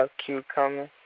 cucumber